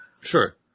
Sure